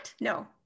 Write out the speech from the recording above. No